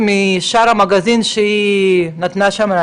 נתנה ראיון בשער המגזין, והציטוט שלה מופיע בו: